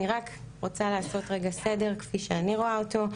אני רק רוצה לעשות רגע סדר כפי שאני רואה אותו.